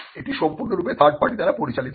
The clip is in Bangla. এটি সম্পূর্ণরূপে থার্ড পার্টি দ্বারা পরিচালিত হয়